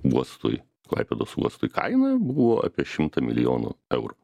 uostui klaipėdos uostui kaina buvo apie šimtą milijonų eurų